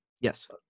Yes